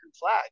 flag